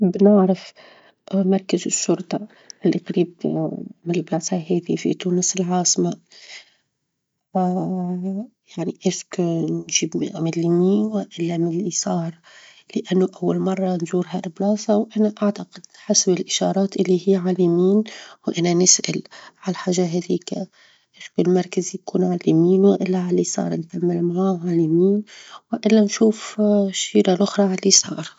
نحب نعرف مركز الشرطة اللي قريب من البلاصة هذي في تونس العاصمة، يعنى نسأل نجيب من اليمين، والا من اليسار؛ لأنه أول مرة نزور هي البلاصة، وأنا أعتقد حسب الإشارات اللي هي على اليمين، وأنا نسأل على الحاجة هذيك، نسأل المركز يكون على اليمين، ولا على اليسار، نكمل معاه على اليمين، والا نشوف الشارع الأخرى على اليسار.